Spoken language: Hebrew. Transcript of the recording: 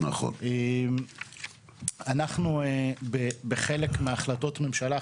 אנחנו בחלק מהחלטות ממשלה,